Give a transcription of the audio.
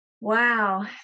wow